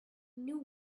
knew